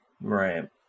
Right